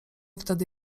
wtedy